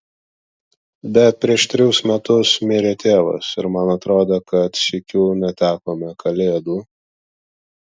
bet prieš trejus metus mirė tėvas ir man atrodė kad sykiu netekome kalėdų